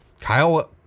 Kyle